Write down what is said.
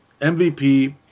MVP